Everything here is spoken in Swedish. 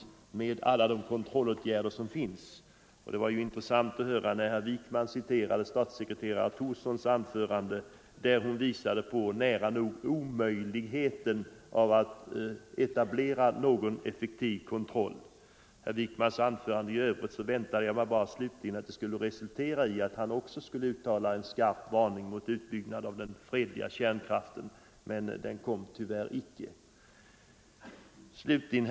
Det var intressant att höra herr Wijkman citera statssekreterare Thorssons anförande, där hon visade hur nära nog omöjligt det är att etablera någon effektiv kontroll. Herr Wijkmans anförande i övrigt var också sådant att jag bara väntade mig att det skulle utmynna i en skarp varning även från hans sida för utbyggnad av den fredliga kärnkraften. Men någon sådan kom tyvärr inte.